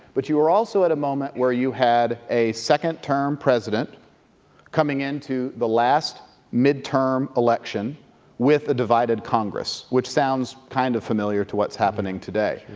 but you were also at a moment where you had a second-term president coming into the last midterm election with a divided congress, which sounds kind of familiar to what's happening today.